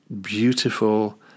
beautiful